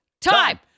time